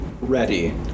ready